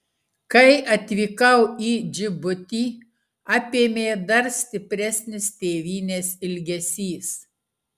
kai atvykau į džibutį apėmė dar stipresnis tėvynės ilgesys